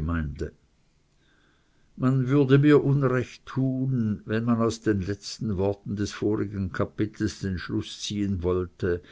man würde mir unrecht tun wenn man aus den letzten worten des vorigen kapitels den schluß ziehen wollte